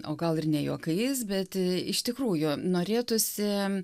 o gal ir ne juokais bet iš tikrųjų norėtųsi